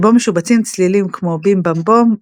שבו משובצים צלילים כמו "בים-בם-בום",